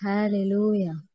Hallelujah